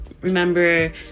remember